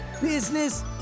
business